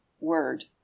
Word